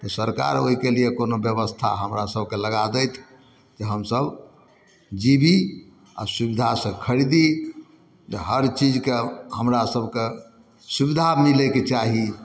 तऽ सरकार ओइके लिए कोनो व्यवस्था हमरा सभके लगै दैथि जे हमसभ जिवि आओर सुविधासँ खरीदी हर चीजके हमरा सभके सुविधा मिलैके चाही